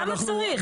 כמה צריך?